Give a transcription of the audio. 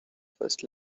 first